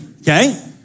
okay